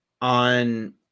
on